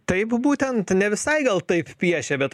taip būtent ne visai gal taip piešia bet